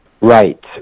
Right